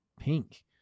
pink